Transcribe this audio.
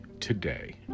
today